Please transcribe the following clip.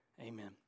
Amen